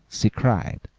she cried,